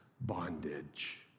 bondage